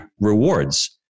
rewards